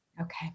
Okay